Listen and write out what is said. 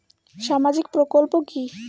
সামাজিক প্রকল্প কি?